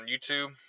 youtube